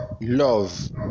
love